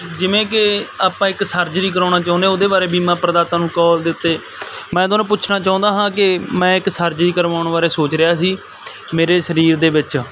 ਜਿਵੇਂ ਕਿ ਆਪਾਂ ਇੱਕ ਸਰਜਰੀ ਕਰਵਾਉਣਾ ਚਾਹੁੰਦੇ ਹਾਂ ਉਹਦੇ ਬਾਰੇ ਬੀਮਾ ਪ੍ਰਦਾਤਾ ਨੂੰ ਕੌਲ ਦੇ ਉੱਤੇ ਮੈਂ ਤੁਹਾਨੂੰ ਪੁੱਛਣਾ ਚਾਹੁੰਦਾ ਹਾਂ ਕਿ ਮੈਂ ਇੱਕ ਸਰਜਰੀ ਕਰਵਾਉਣ ਬਾਰੇ ਸੋਚ ਰਿਹਾ ਸੀ ਮੇਰੇ ਸਰੀਰ ਦੇ ਵਿੱਚ